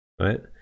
Right